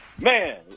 Man